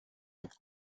are